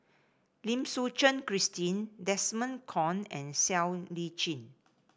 Lim Suchen Christine Desmond Kon and Siow Lee Chin